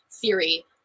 theory